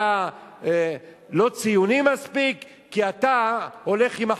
אתה לא ציוני מספיק, כי אתה הולך עם החרדים.